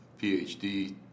PhD